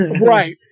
right